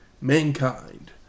Mankind